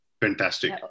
Fantastic